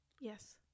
yes